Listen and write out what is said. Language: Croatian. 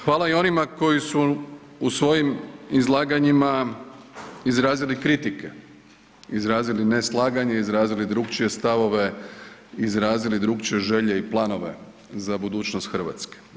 Hvala i onima koji su u svojim izlaganjima izrazili kritike, izrazili neslaganje, izrazili drukčije stavove, drukčije želje i planove za budućnost Hrvatske.